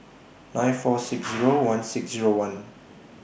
nine four six Zero one six Zero one